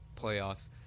playoffs